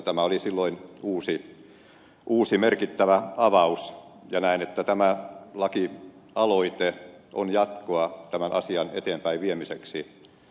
tämä oli silloin uusi merkittävä avaus ja näen että tämä lakialoite on jatkoa tämän asian eteenpäin viemiseksi